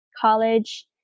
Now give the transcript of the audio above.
college